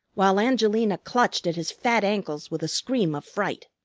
while angelina clutched at his fat ankles with a scream of fright.